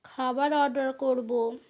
খাবার অর্ডার করবো